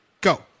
Go